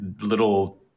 Little